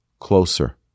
closer